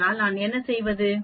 அதனால்நான் என்ன செய்வது